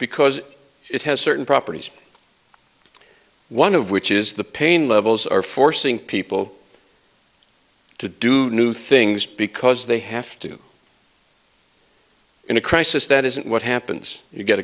because it has certain properties one of which is the pain levels are forcing people to do new things because they have to do in a crisis that isn't what happens you get